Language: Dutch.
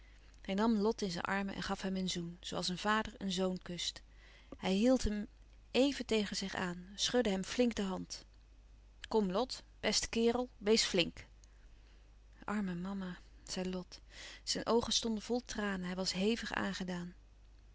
hij nam lot in zijn armen en gaf hem een zoen zoo als een vader een zoon kust hij hield hem even tegen zich aan schudde hem flink de hand kom lot beste kerel wees flink arme mama zei lot zijn oogen stonden vol tranen hij was hevig aangedaan